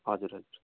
हजुर हजुर